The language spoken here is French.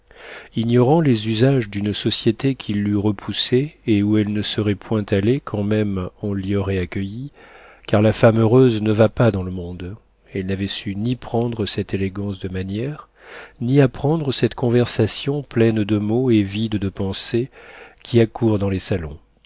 ignorant les usages d'une société qui l'eût repoussée et où elle ne serait point allée quand même on l'y aurait accueillie car la femme heureuse ne va pas dans le monde elle n'avait su ni prendre cette élégance de manières ni apprendre cette conversation pleine de mots et vide de pensées qui a cours dans les salons